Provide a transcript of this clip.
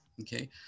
Okay